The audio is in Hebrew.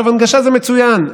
הנגשה זה מצוין,